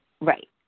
Right